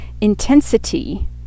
intensity